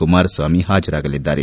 Kumaraswamy ಹಾಜರಾಗಲಿದ್ದಾರೆ